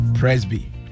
Presby